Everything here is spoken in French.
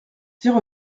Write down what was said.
zéro